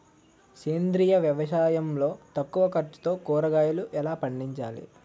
సేంద్రీయ వ్యవసాయం లో తక్కువ ఖర్చుతో కూరగాయలు ఎలా పండించాలి?